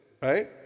right